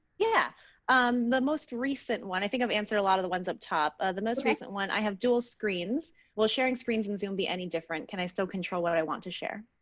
yeah, i'm the most recent one. i think i've answered a lot of the ones up top. the most recent one. i have dual screens will sharing screens and zoom be any different. can i still control what i want to share